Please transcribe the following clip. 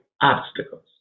obstacles